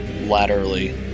laterally